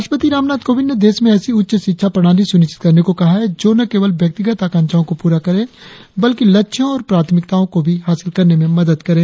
राष्ट्रपति रामनाथ कोविंद ने देश में ऐसी उच्च शिक्षा प्रणाली सुनिश्चित करने को कहा जो न केवल व्यक्तिगत आकांक्षाओं को पूरा करे बल्कि लक्ष्यों और प्राथमिकताओं को भी हासिल करने में मदद करे